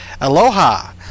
Aloha